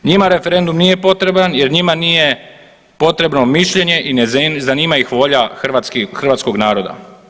Njima referendum nije potreban jer njima nije potrebno mišljenje i ne zanima ih volja hrvatskog naroda.